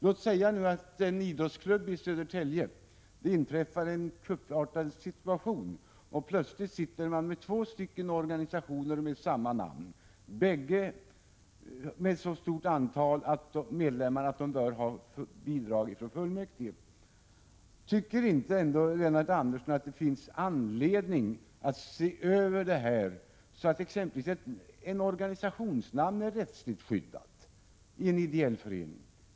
Låt oss säga att det inom en idrottsklubb i Södertälje inträffar en kuppartad händelse som leder till att man plötsligt har två organisationer med samma namn — bägge med så stort antal medlemmar att de bör ha bidrag från kommunen. Tycker ändå inte Lennart Andersson att det finns anledning att se över denna fråga, så att exempelvis ett organisationsnamn är rättsligt skyddat för en ideell förening?